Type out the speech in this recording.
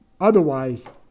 Otherwise